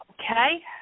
okay